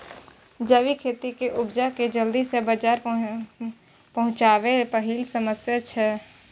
जैबिक खेती केर उपजा केँ जल्दी सँ बजार पहुँचाएब पहिल समस्या छै